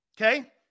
okay